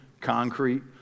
concrete